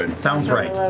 and sounds right.